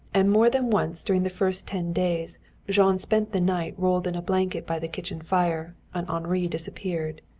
and more than once during the first ten days jean spent the night rolled in a blanket by the kitchen fire, and henri disappeared.